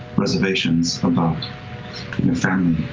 reservations about your family, and